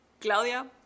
Claudia